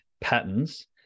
patterns